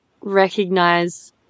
recognize